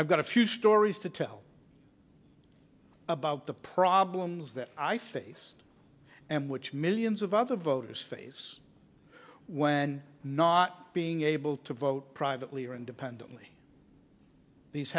i've got a few stories to tell about the problems that i face and which millions of other voters face when not being able to vote privately or independently these